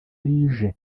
rije